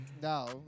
No